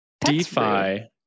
DeFi